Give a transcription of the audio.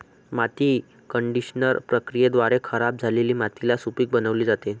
माती कंडिशनर प्रक्रियेद्वारे खराब झालेली मातीला सुपीक बनविली जाते